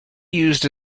used